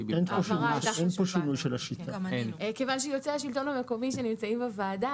יועצי השלטון המקומי שנמצאים בוועדה